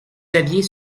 saviez